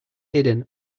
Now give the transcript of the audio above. hidden